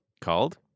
Called